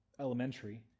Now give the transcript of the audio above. elementary